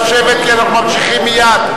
נא לשבת, כי אנחנו ממשיכים מייד.